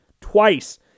Twice